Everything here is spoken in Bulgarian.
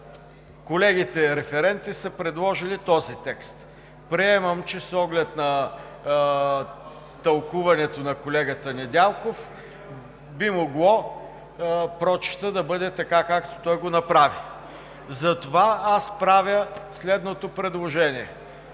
Колегите референти са предложили този текст. Приемам, че с оглед на тълкуването на колегата Недялков би могло прочитът да бъде така, както той го направи. Затова, аз правя следното предложение: